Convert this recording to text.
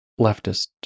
leftist